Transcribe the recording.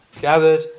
gathered